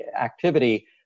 activity